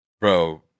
Bro